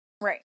Right